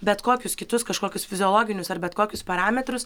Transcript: bet kokius kitus kažkokius fiziologinius ar bet kokius parametrus